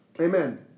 amen